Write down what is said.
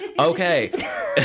okay